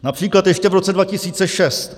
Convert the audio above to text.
Například ještě v roce 2006